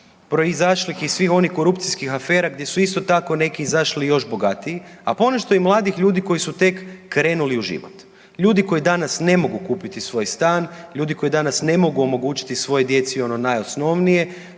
proizašlih iz svih onih korupcijskih afera gdje su isto tako, neki izašli još bogatiji, a ponešto i mladih ljudi koji su tek krenuli u život. Ljudi koji danas ne mogu kupiti svoj stan, ljudi koji danas ne mogu omogućiti svojoj djeci ono najosnovnije,